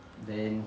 then